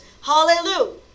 Hallelujah